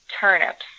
turnips